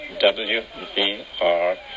WBR